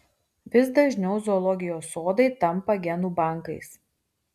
vis dažniau zoologijos sodai tampa genų bankais